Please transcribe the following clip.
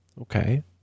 Okay